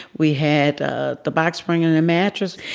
we had ah the box spring and a mattress,